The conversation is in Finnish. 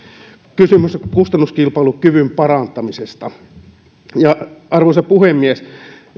kysymys oli kustannuskilpailukyvyn parantamisesta arvoisa puhemies